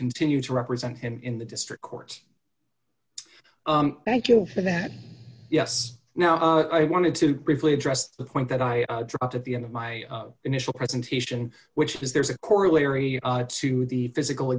continue to represent him in the district court thank you for that yes now i wanted to briefly address the point that i dropped at the end of my initial presentation which is there's a corollary to the physical